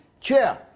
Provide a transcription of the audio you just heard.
chair